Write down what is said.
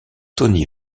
tony